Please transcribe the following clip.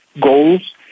goals